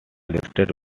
listed